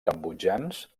cambodjans